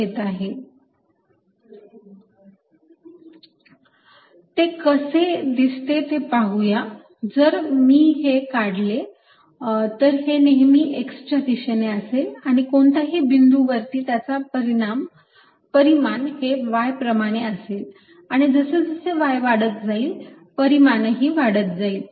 A2yx ते कसे दिसते ते पाहूया जर मी हे काढले तर हे नेहमी x च्या दिशेने असेल आणि कोणत्याही बिंदू वरती त्याचे परिमाण हे y प्रमाणे असेल आणि जसे जसे y वाढत जाईल परिमाणही वाढत जाईल